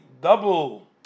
double